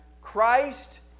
Christ